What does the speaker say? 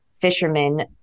fishermen